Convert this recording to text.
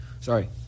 Sorry